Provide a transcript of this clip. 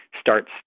starts